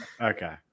Okay